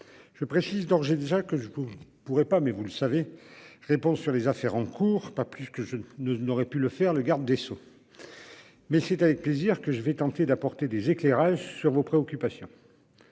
Je précise d'emblée que je ne pourrai pas, comme vous le savez, répondre sur les affaires en cours, pas plus que n'aurait pu le faire le garde des sceaux. Mais c'est avec plaisir que je vais tenter d'apporter des éclairages sur vos préoccupations.